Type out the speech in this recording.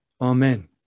amen